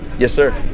yes, sir.